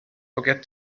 forget